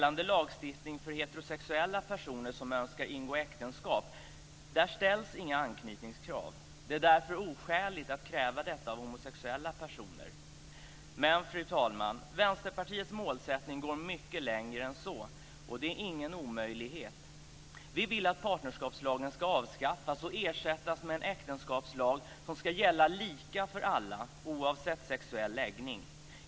I lagstiftning för heterosexuella personer som önskar ingå äktenskap ställs inga anknytningskrav. Det är därför oskäligt att kräva detta av homosexuella personer. Men, fru talman, Vänsterpartiets målsättning går mycket längre än så, och det är ingen omöjlighet. Vi vill att partnerskapslagen ska avskaffas och ersättas med en äktenskapslag som ska gälla lika för alla oavsett sexuell läggning.